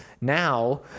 now